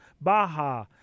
Baja